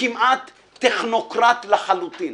כמעט טכנוקרט לחלוטין.